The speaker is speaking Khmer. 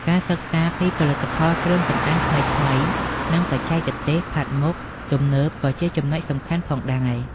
ការសិក្សាពីផលិតផលគ្រឿងសម្អាងថ្មីៗ និងបច្ចេកទេសផាត់មុខទំនើបក៏ជាចំណុចសំខាន់ផងដែរ។